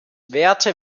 werte